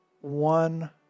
one